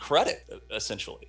credit essentially